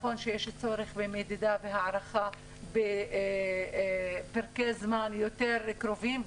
נכון שיש צורך במדידה והערכה בפרקי זמן יותר קרובים,